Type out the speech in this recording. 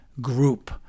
group